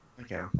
Okay